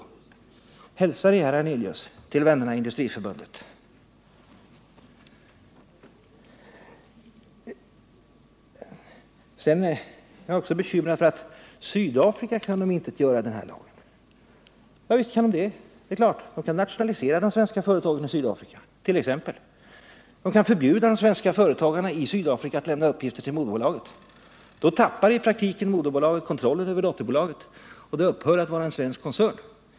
Hälsa det, herr Hernelius, till vännerna i Industriförbundet. Herr Hernelius är också bekymrad för att Sydafrika kan omintetgöra den härlagen. Ja, visst kan de det. De kant.ex. nationalisera de svenska företagen i Sydafrika. De kan förbjuda de svenska företagarna i Sydafrika att lämna uppgifter till moderbolagen i Sverige. I praktiken skulle moderbolagen då tappa kontrollen över dotterbolagen och dessa skulle upphöra att vara svenska koncerner.